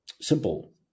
simple